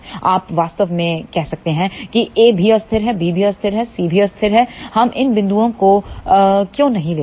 आप वास्तव में कह सकते हैं कि a भी अस्थिर हैbभी अस्थिर है c भी अस्थिर है हम इन बिंदुओं को क्यों नहीं लेते हैं